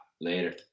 Later